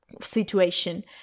situation